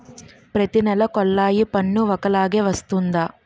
ప్రతి నెల కొల్లాయి పన్ను ఒకలాగే వస్తుందా?